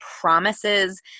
promises